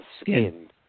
skin